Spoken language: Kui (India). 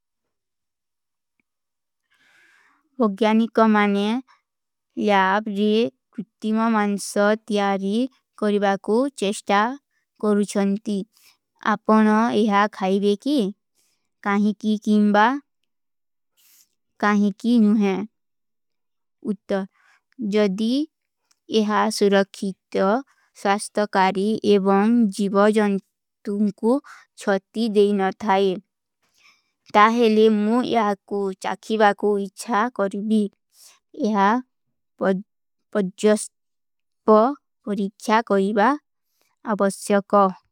ଭଗ୍ଯାନିକା ମାନେ ଯାବ ରେ କୃତିମା ମାନସ୍ତ ତିଯାରୀ କରିବା କୋ ଚେଷ୍ଟା କରୁଛନତୀ। ଆପନା ଏହା ଖାଈବେ କୀ?। କାଁହୀ କୀ କୀଂବା?। କାଁହୀ କୀ ନୁହୈଂ। ଉତ୍ତର, ଜଦୀ ଏହା ସୁରଖୀତ, ସ୍ଵାସ୍ତକାରୀ ଏବଂ ଜୀଵାଜନ୍ତୂମ କୋ ଛତି ଦେଖନା ଥାଈ। ତାହେଲେ ମୁଝେ ଏହା କୁଛାକୀବା କୋ ଇଚ୍ଛା କରୁଭୀ। ଏହା ପଜ୍ଜସ୍ପୋ କୋ ଇଚ୍ଛା କରୁଭା ଅବସ୍ଯକୋ।